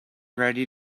ready